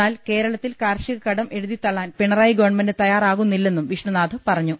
എന്നാൽ കേരളത്തിൽ കാർഷിക കടം എഴുതി തള്ളാൻ പിണ റായി ഗവൺമെന്റ് തയ്യാറാകുന്നില്ലെന്നും വിഷ്ണുനാഥ് പറഞ്ഞു